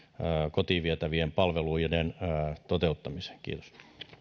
kotiin vietävien palveluiden toteuttamiseen kiitos